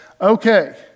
okay